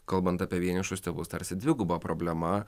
kalbant apie vienišus tėvus tarsi dviguba problema